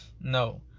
no